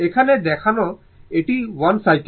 এখানে দেখান এটি 1 সাইকেল